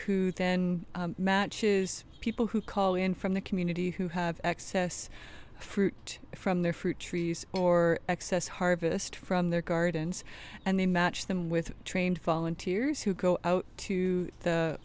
who then matches people who call in from the community who have access fruit from their fruit trees or excess harvest from their gardens and they match them with trained fallen tears who go out to the